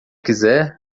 quiser